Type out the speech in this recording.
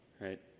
right